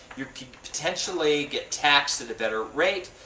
you could potentially get tax at a better rate.